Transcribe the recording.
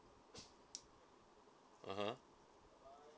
(uh huh)